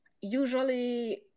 Usually